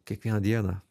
kiekvieną dieną